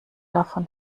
davon